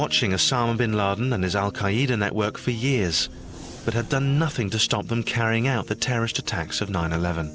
watching a sound bin laden and his al qaeda network for years but had done nothing to stop them carrying out the terrorist attacks of nine eleven